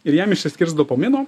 ir jam išsiskirs dopamino